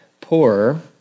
poorer